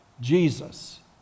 Jesus